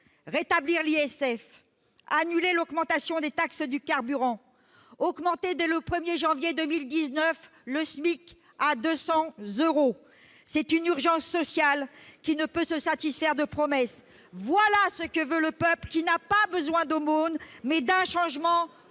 fortune, l'ISF, annuler l'augmentation des taxes sur le carburant, augmenter dès le 1 janvier 2019 le SMIC de 200 euros : c'est une urgence sociale qui ne peut se satisfaire de promesses. Voilà ce que veut le peuple, qui a besoin non pas d'aumône, mais d'un changement